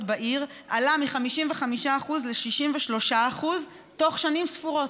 בעיר עלה מ-55% ל-63% בתוך שנים ספורות.